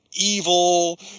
evil